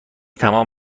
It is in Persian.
تموم